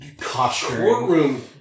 courtroom